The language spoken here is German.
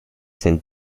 sind